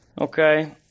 Okay